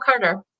Carter